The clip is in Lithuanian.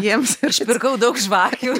jiems aš pirkau daug žvakių